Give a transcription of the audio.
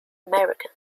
american